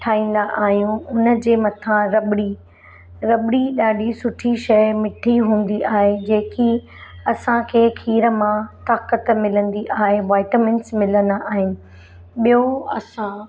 ठाहींदा आहियूं उन जे मथां रबड़ी रबड़ी ॾाढी सुठी शइ मिठी हूंदी आहे जेकी असांखे खीरु मां ताक़त मिलंदी आहे वाइटमिंस मिलंदा आहिनि ॿियो असां